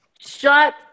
Shut